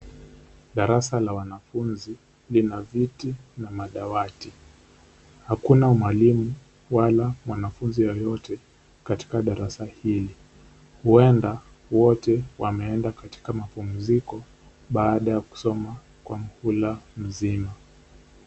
Darasa la wanafunzi lina viti na madawati hakuna mwalimu wala mwanafunzi yoyote katika darasa hili. Huenda wote wameenda katika mapumziko baada ya kusoma kwa muhula mzima.